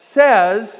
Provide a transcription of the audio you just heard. says